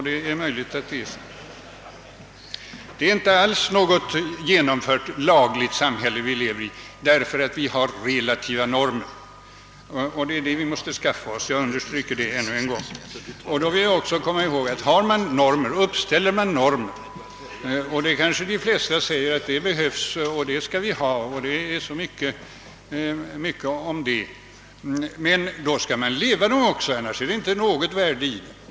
Det är inte alls något helt laglydigt samhälle vi lever i, med de relativa normer som vi har. Jag vill ännu en gång understryka att vi måste skaffa oss absoluta normer. Men får också komma ihåg när man uppställer normer — och de flesta säger kanske att de behövs — att man också skall leva efter dem, ty annars är de ingenting värda.